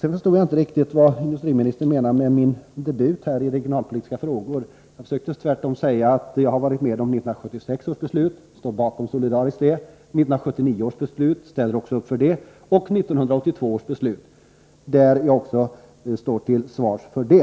Sedan förstod jag inte riktigt vad industriministern menar med min debut här i regionalpolitiska frågor. Jag försökte tvärtom säga att jag har varit med om 1976 års beslut och solidariskt står bakom det, 1979 års beslut, som jag också ställer upp för, och 1982 års beslut, som jag även står till svars för.